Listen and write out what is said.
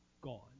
gone